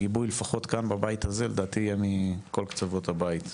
הגיבוי לפחות כאן בבית הזה לדעתי זה מכל קצוות הבית.